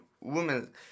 women